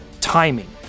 timing